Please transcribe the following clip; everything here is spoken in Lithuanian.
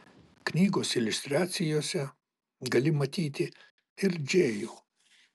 knygos iliustracijose gali matyti ir džėjų